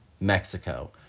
Mexico